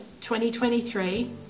2023